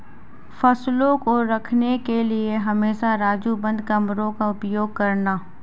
फसलों को रखने के लिए हमेशा राजू बंद कमरों का उपयोग करना